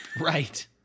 Right